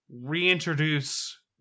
reintroduce